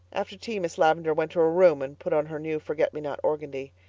after tea miss lavendar went to her room and put on her new forget-me-not organdy,